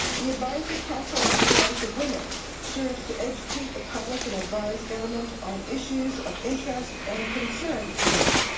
the advisory council on the status of women serves to educate the public is and advise government on issues of interest and concerns to women.